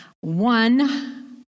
one